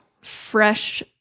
fresh